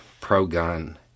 pro-gun